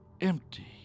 empty